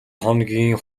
хоногийн